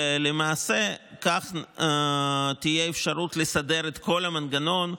למעשה, כך תהיה אפשרות לסדר את כל המנגנון,